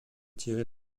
tirer